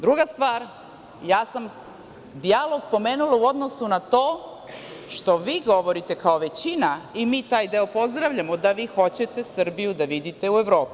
Druga stvar, ja sam dijalog pomenula u odnosu na to što vi govorite kao većina i mi taj deo pozdravljamo da vi hoćete Srbiju da vidite u Evropi.